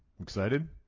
Excited